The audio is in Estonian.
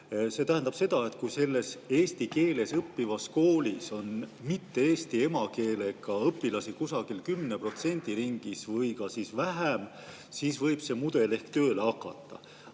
See tähendab seda, et kui eesti keeles õppivas koolis on mitte-eesti emakeelega õpilasi kusagil 10% ringis või vähem, siis võib see mudel ehk tööle hakata.